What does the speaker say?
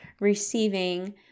receiving